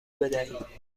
بدهید